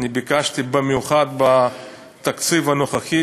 אני ביקשתי במיוחד בתקציב הנוכחי,